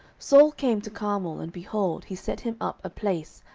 saul came to carmel, and, behold, he set him up a place,